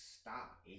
stop